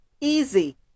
easy